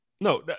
No